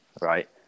right